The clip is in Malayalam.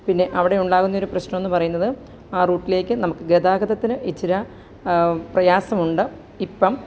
അവിടെ ഉണ്ടാകുന്ന ഒരു പ്രശ്നമെന്നു പറയുന്നത് ആ റുട്ടിലേക്കു നമുക്ക് ഗതാഗതത്തിന് ഇച്ചര പ്രയാസമുണ്ട് ഇപ്പം അത്